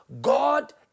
God